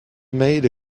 made